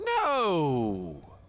no